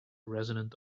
resonant